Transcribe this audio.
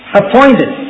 appointed